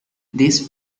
these